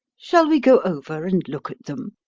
shall we go over and look at them?